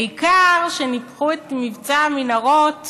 העיקר שניפחו את מבצע המנהרות